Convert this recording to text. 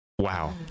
Wow